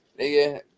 nigga